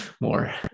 more